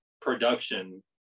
production